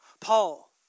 Paul